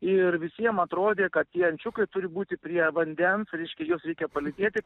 ir visiem atrodė kad tie ančiukai turi būti prie vandens reiškia juos reikia palydėti